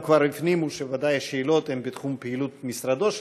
הפנימו שהשאלות הן בתחום פעילות משרדו של